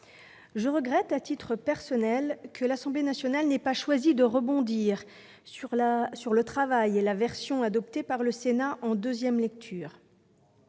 Je regrette, à titre personnel, que l'Assemblée nationale n'ait pas choisi de rebondir sur la version adoptée par le Sénat en deuxième lecture.